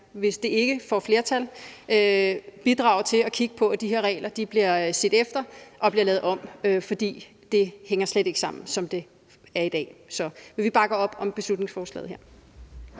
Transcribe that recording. hvis det ikke får flertal, bidrage til at kigge på, at de her regler bliver set efter og bliver lavet om, for det hænger slet ikke sammen, som det er i dag. Men vi bakker op om beslutningsforslaget her.